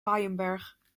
waaijenberg